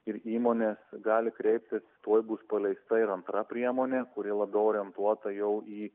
ir įmonės gali kreiptis tuoj bus paleista ir antra priemonė kuri labiau orientuota jau į